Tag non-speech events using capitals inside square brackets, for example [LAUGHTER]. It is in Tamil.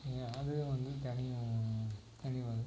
நீங்கள் அது வந்து [UNINTELLIGIBLE] தெளிவாயிடும்